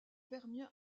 permien